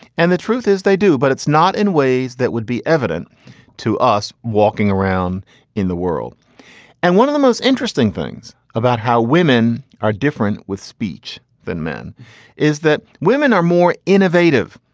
and the truth is, they do, but it's not in ways that would be evident to us walking around in the world and one of the most interesting things about how women are different with speech than men is that women are more innovative,